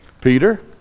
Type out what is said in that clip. Peter